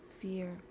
fear